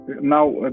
now